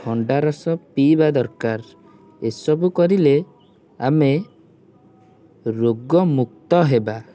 ଭଣ୍ଡା ରସ ପିଇବା ଦରକାର ଏସବୁ କରିଲେ ଆମେ ରୋଗ ମୁକ୍ତ ହେବା